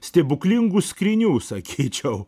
stebuklingų skrynių sakyčiau